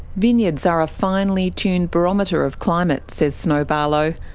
vineyards are a finely tuned barometer of climate, says snow barlow,